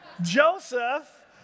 Joseph